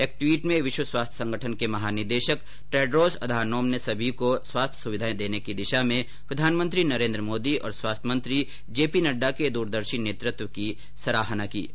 एक टवीट में विश्व स्वास्थ्य संगठन के महानिदेशक टेड्रोस अधानोम ने सभी को स्वास्थ्य सुविधाएं देने की दिशा में प्रधानमंत्री नरेंद्र मोदी और स्वास्थ्य मंत्री जगत प्रकाश नड्डा के दूरदर्शी नेतत्व की सराहना की है